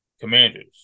Commanders